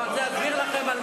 אני רוצה להסביר לכם מה